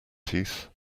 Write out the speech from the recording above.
teeth